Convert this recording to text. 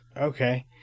Okay